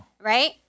Right